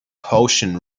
ocean